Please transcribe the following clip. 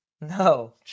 No